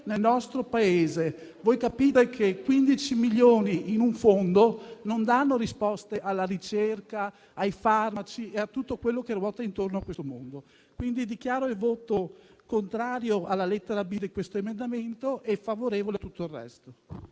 nel nostro Paese. Voi capite che 15 milioni in un fondo non danno risposte alla ricerca, ai farmaci e a tutto quello che ruota intorno a questo mondo. Quindi dichiaro il voto contrario alla lettera *b)* di questo emendamento e favorevole a tutto il resto.